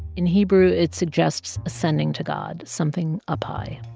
in hebrew, it suggests ascending to god, something up high.